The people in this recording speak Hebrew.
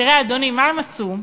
תראה, אדוני, מה הם עשו?